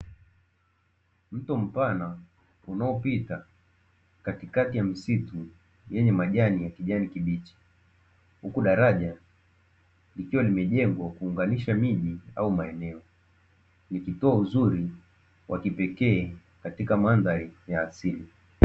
Mto mpana unaopita katikati ya msitu wenye majani ya kijani kibichi, huku daraja likiwa limejengwa kuunganisha miji au maeneo, ikitoa uzuri wa kipekee katika mandhari ya asili.